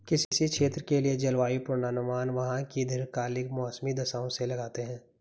किसी क्षेत्र के लिए जलवायु पूर्वानुमान वहां की दीर्घकालिक मौसमी दशाओं से लगाते हैं